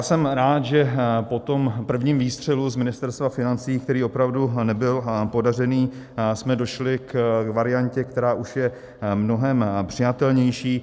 Jsem rád, že po tom prvním výstřelu z Ministerstva financí, který opravdu nebyl podařený, jsme došli k variantě, která už je mnohem přijatelnější.